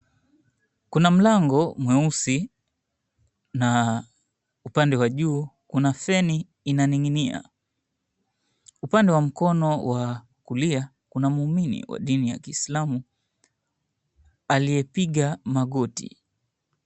Kuna mlango mweusi, na upande wa juu kuna feni inaning'inia. Upande wa mkono wa kulia, kuna muumini wa dini ya kiislamu aliyepiga magoti.